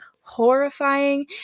horrifying